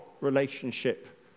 relationship